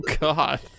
God